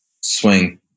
swing